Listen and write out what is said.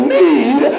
need